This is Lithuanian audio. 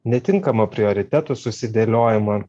netinkamą prioritetų susidėliojimą